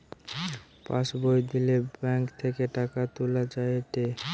pass বই দিলে bank থেকে টাকা তুলা যায়েটে